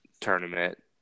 tournament